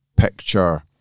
Picture